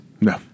No